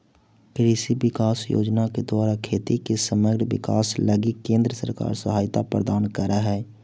कृषि विकास योजना के द्वारा खेती के समग्र विकास लगी केंद्र सरकार सहायता प्रदान करऽ हई